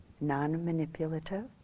non-manipulative